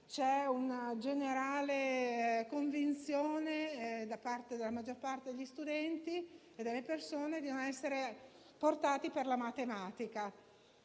c'è una generale convinzione, da parte della maggior parte degli studenti e delle persone, di non essere portati per la matematica.